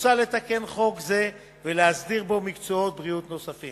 מוצע לתקן חוק זה ולהסדיר בו מקצועות בריאות נוספים.